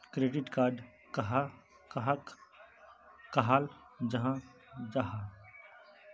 Credit card कहाक कहाल जाहा जाहा?